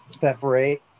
separate